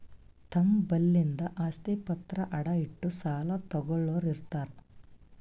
ತಮ್ ಬಲ್ಲಿಂದ್ ಆಸ್ತಿ ಪತ್ರ ಅಡ ಇಟ್ಟು ಸಾಲ ತಗೋಳ್ಳೋರ್ ಇರ್ತಾರ